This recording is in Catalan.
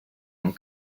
amb